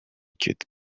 cute